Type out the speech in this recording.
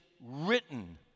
written